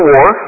War